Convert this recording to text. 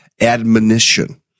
admonition